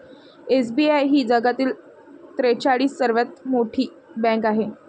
SBI ही जगातील त्रेचाळीस सर्वात मोठी बँक आहे